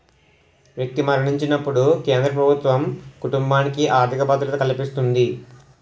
వ్యక్తి మరణించినప్పుడు కేంద్ర ప్రభుత్వం కుటుంబానికి ఆర్థిక భద్రత కల్పిస్తుంది